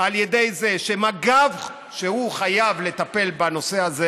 מזה שמג"ב חייב לטפל בנושא הזה